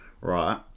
Right